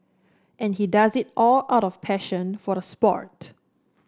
and he does it all out of passion for the sport